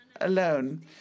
alone